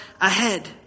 ahead